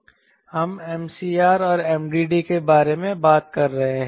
हम MCR और MDD के बारे में बात कर रहे हैं